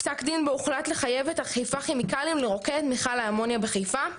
פסק דין בו הוחלט לחייב את חיפה כימיקלים לרוקן את מיכל האמונייה בחיפה,